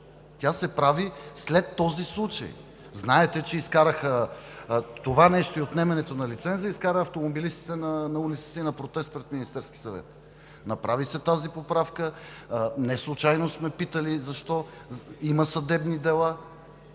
Тя се прави след този случай. Знаете, че това нещо и отнемането на лиценза изкара автомобилистите на протест пред Министерския съвет. Направи се тази поправка, неслучайно сме питали: защо? Има съдебни дела.